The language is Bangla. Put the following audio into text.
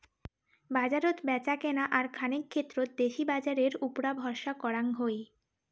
বাজারত ব্যাচাকেনা আর খানেক ক্ষেত্রত দেশি বাজারের উপুরা ভরসা করাং হই